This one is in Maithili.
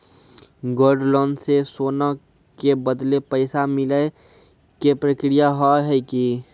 गोल्ड लोन मे सोना के बदले पैसा मिले के प्रक्रिया हाव है की?